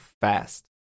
fast